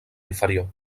inferior